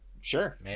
sure